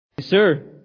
Sir